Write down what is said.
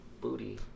booty